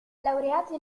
laureato